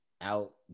out